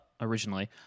originally